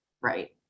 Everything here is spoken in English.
right